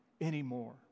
anymore